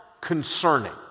concerning